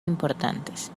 importantes